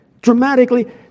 dramatically